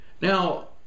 Now